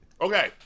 Okay